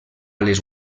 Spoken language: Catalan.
les